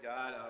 God